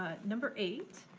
ah number eight.